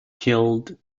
killed